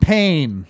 Pain